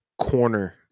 corner